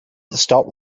stop